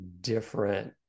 different